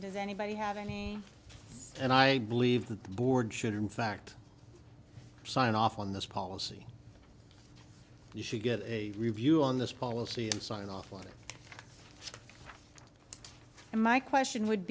does anybody have any and i believe the board should in fact sign off on this policy to get a review on this policy and sign off on it and my question would